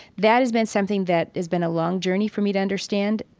that has been something that has been a long journey for me to understand.